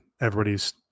everybody's